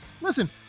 Listen